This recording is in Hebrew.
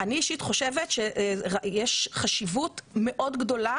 אני אישית חושבת שיש חשיבות מאוד גדולה